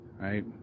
Right